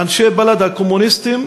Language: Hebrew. "אנשי בל"ד הקומוניסטים,